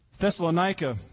Thessalonica